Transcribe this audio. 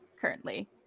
currently